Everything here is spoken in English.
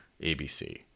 ABC